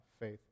faith